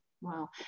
Wow